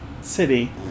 city